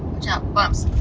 jump, bumps.